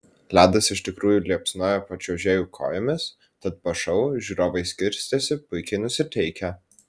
ledas iš tikrųjų liepsnojo po čiuožėjų kojomis tad po šou žiūrovai skirstėsi puikiai nusiteikę